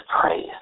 praise